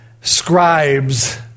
scribes